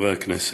חברי הכנסת,